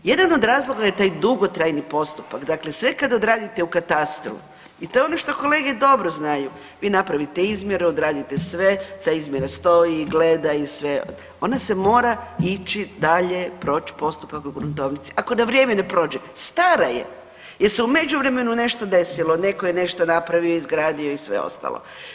Jedan od razloga je taj dugotrajni postupak, dakle sve kad odradite u katastru i to je ono što kolege dobro znaju, vi napravite izmjeru, odradite sve, ta izmjera stoji i gleda i sve, ona se mora ići dalje proć postupak u gruntovnici ako na vrijeme ne prođe, stara je jel se u međuvremenu nešto desilo, neko je nešto napravio, izgradio i sve ostalo.